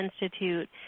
institute